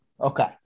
Okay